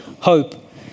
hope